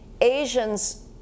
Asians